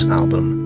album